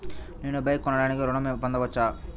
నేను బైక్ కొనటానికి ఋణం పొందవచ్చా?